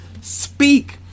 speak